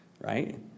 right